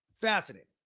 Fascinating